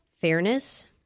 Fairness